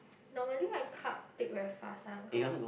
normally I cut take very fast [one] cause